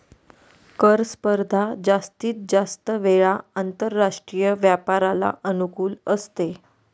कर स्पर्धा जास्तीत जास्त वेळा आंतरराष्ट्रीय व्यापाराला अनुकूल असते